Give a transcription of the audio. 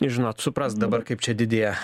žinot suprask dabar kaip čia didėja